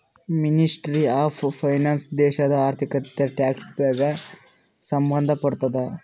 ministry of finance ದೇಶದು ಆರ್ಥಿಕತೆ, tax ಗ ಸಂಭಂದ್ ಪಡ್ತುದ